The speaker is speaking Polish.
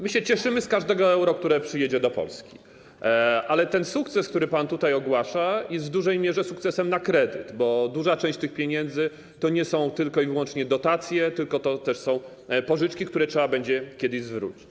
My się cieszymy z każdego euro, które przyjedzie do Polski, ale ten sukces, który pan tutaj ogłasza, jest w dużej mierze sukcesem na kredyt, bo duża część tych pieniędzy to tylko i wyłącznie dotacje, są to też pożyczki, które kiedyś trzeba będzie zwrócić.